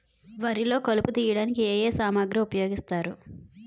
వరిలో కలుపు తియ్యడానికి ఏ ఏ సామాగ్రి ఉపయోగిస్తారు?